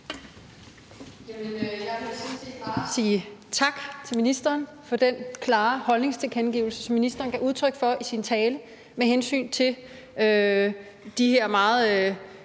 tak til ministeren for den klare holdningstilkendegivelse, som ministeren gav udtryk for i sin tale, med hensyn til faktisk